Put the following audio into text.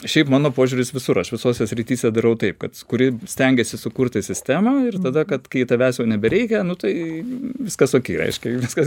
šiaip mano požiūris visur aš visose srityse darau taip kad kuri stengiesi sukurti sistemą ir tada kad kai tavęs jau nebereikia nu tai viskas okei reiškia viskas